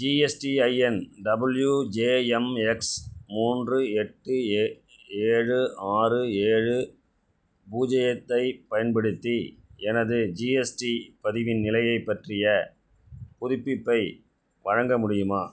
GSTIN W J M X மூன்று எட்டு A ஏழு ஆறு ஏழு பூஜ்ஜியத்தைப் பயன்படுத்தி எனது ஜிஎஸ்டி பதிவின் நிலையைப் பற்றிய புதுப்பிப்பை வழங்க முடியுமா